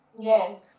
Yes